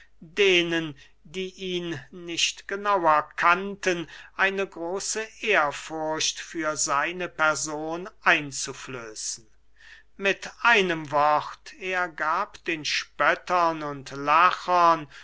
denen die ihn nicht genauer kannten eine große ehrfurcht für seine person einzuflößen mit einem wort er gab den spöttern und lachern